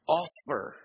offer